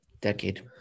decade